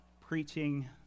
preaching